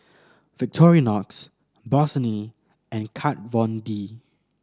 Victorinox Bossini and Kat Von D